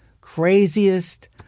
craziest